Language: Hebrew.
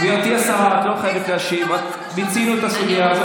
גברתי השרה, את לא חייבת להשיב, מיצינו את הסוגיה.